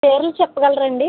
పేర్లు చెప్పగలరా అండి